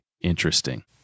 interesting